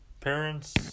parents